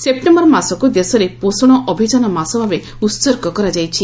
September ମାସକ୍ର ଦେଶରେ ପୋଷଣ ଅଭିଯାନ ମାସ ଭାବେ ଉତ୍ସର୍ଗ କରାଯାଇଛି